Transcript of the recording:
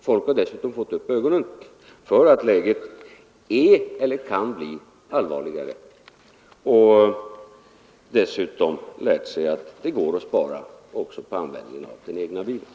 Folk har dessutom fått upp ögonen för att läget lätt kan bli allvarligare och dessutom lärt sig att det går att minska också på användningen av den egna bilen.